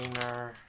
are